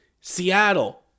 Seattle